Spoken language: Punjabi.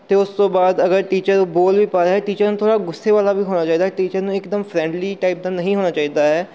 ਅਤੇ ਉਸ ਤੋਂ ਬਾਅਦ ਅਗਰ ਟੀਚਰ ਬੋਲ ਵੀ ਪਾਇਆ ਟੀਚਰ ਨੂੰ ਥੋੜ੍ਹਾ ਗੁੱਸੇ ਵਾਲਾ ਵੀ ਹੋਣਾ ਚਾਹੀਦਾ ਟੀਚਰ ਨੂੰ ਇੱਕਦਮ ਫਰੈਂਡਲੀ ਟਾਈਪ ਦਾ ਨਹੀਂ ਹੋਣਾ ਚਾਹੀਦਾ ਹੈ